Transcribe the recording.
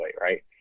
right